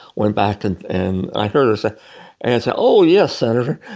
went back and and i heard her say and say, oh yes, senator'.